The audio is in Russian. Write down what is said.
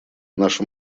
наша